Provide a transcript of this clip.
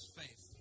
faith